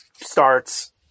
starts